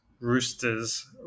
Roosters